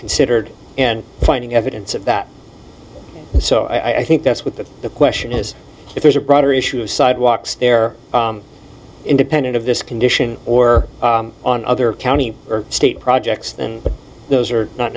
considered and finding evidence of that so i think that's what the question is if there's a broader issue sidewalks there independent of this condition or on other county or state projects then those are not